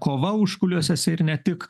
kova užkulisiuose ir ne tik